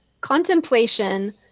Contemplation